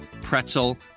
pretzel